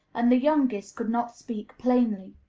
and the youngest could not speak plainly.